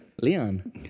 Leon